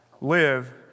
live